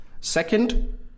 second